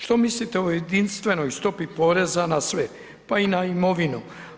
Što mislite o jedinstvenoj stopi poreza na sve, pa i na imovinu?